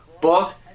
book